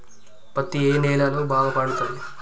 పత్తి ఏ నేలల్లో బాగా పండుతది?